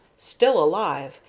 still alive,